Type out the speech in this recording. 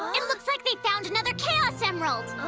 it looks like they found another chaos emerald.